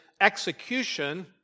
execution